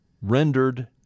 rendered